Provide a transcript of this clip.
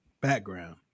background